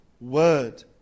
word